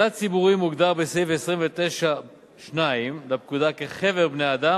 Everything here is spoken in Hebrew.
מוסד ציבורי מוגדר בסעיף 9(2) לפקודה כ"חבר בני אדם,